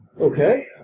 Okay